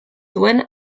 duen